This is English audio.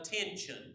attention